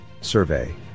survey